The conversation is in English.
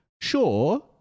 sure